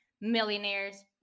Millionaire's